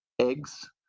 eggs